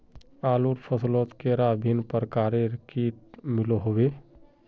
आलूर फसलोत कैडा भिन्न प्रकारेर किट मिलोहो जाहा?